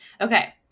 Okay